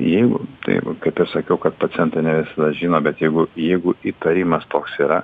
jeigu tai jeigu kaip ir sakiau kad pacientai ne visada žino bet jeigu jeigu įtarimas toks yra